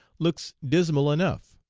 looks dismal enough.